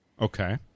Okay